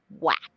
whack